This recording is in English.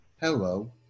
Hello